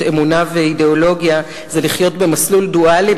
אמונה ואידיאולוגיה זה לחיות במסלול דואלי,